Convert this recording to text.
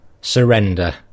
surrender